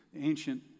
ancient